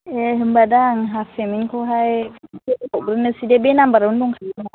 ए होनब्ला दा आं हाफ पेमेन्टखौहाय हरग्रोनोसै दे बे नम्बारावनो दंखायोदा